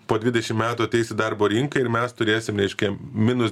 po dvidešim metų ateis į darbo rinką ir mes turėsim reiškia minus